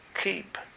keep